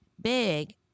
big